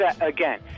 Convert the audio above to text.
again